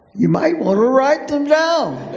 you might want to write them down.